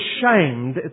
shamed